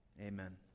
Amen